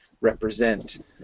represent